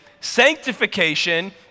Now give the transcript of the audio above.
Sanctification